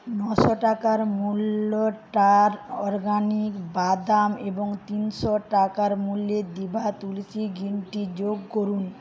নশো টাকার মূল্যের টার অরগ্যানিক বাদাম এবং তিনশো টাকার মূল্যের দিভা তুলসি গ্রিন টি যোগ করুন